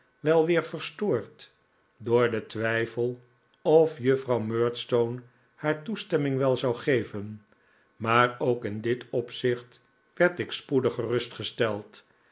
wel weer verstoord door den twijfel of juffrouw murdstone haar toestemming wel zou geven maar ook in dit opzicht werd ik spoedig